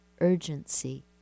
urgency